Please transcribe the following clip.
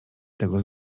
tego